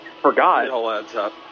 Forgot